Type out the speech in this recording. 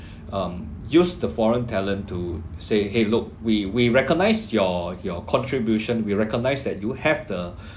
um use the foreign talent to say !hey! look we we recognise your your contribution we recognise that you have the